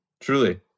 truly